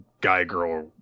guy-girl